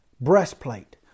breastplate